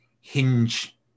hinge